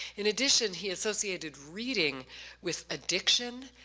in addition he associated reading with addiction,